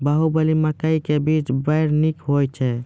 बाहुबली मकई के बीज बैर निक होई छै